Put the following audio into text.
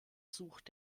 sucht